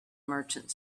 merchant